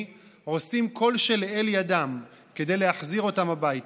עושים כל שלאל ידם כדי להחזיר אותם הביתה.